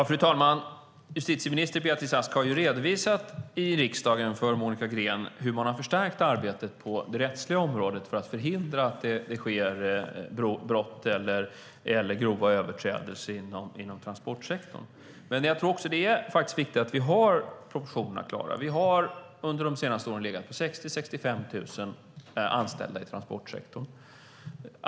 Fru talman! Justitieminister Beatrice Ask har redovisat i riksdagen för Monica Green hur man har förstärkt arbetet på det rättsliga området för att förhindra att det sker brott eller grova överträdelser inom transportsektorn. Jag tror att det är viktigt att vi faktiskt har proportionerna klara för oss. Vi har under de senaste åren legat på 60 000-65 000 anställda i transportsektorn.